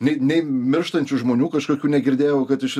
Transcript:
nei nei mirštančių žmonių kažkokių negirdėjau kad iš